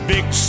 Big